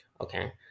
okay